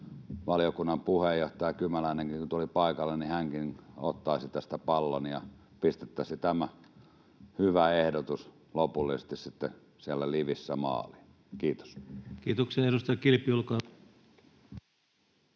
valiokunnan puheenjohtaja Kymäläinenkin, joka tuli paikalle, ottaisi tästä pallon ja pistettäisiin tämä hyvä ehdotus lopullisesti sitten siellä LiVissä maaliin. — Kiitos. Kiitoksia. — Edustaja Kilpi, olkaa